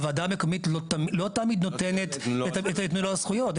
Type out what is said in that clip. הוועדה המקומית לא תמיד נותנת את מלוא הזכויות.